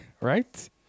right